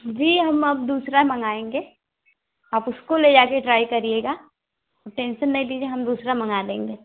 जी अब हम दूसरा मंगाएँगे आप उसको ले जाकर ट्राय करिएगा ओ टेंसन नहीं लीजिए हम दूसरा मंगा लेंगे